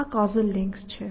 આ causal links છે